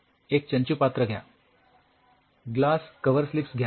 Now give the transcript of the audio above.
एक चंचुपात्र घ्या ग्लास कव्हरस्लिप्स घ्या